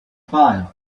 five